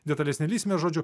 detales nelįsime žodžiu